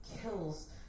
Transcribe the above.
kills